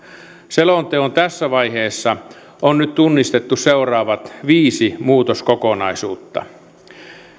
selonteon tässä vaiheessa on nyt tunnistettu seuraavat viisi muutoskokonaisuutta